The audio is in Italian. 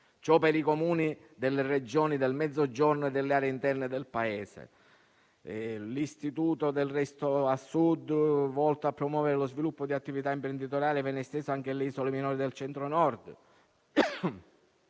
per i Comuni delle Regioni del Mezzogiorno e delle aree interne del Paese. L'istituto Resto al Sud, volto a promuovere lo sviluppo di attività imprenditoriali, viene steso anche alle isole minori del Centro-Nord.